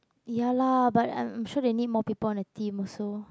ya lah but I am sure they need more people on the team also